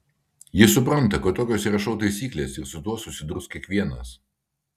jis supranta kad tokios yra šou taisyklės ir su tuo susidurs kiekvienas